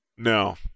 No